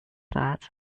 that